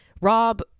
Rob